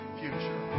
future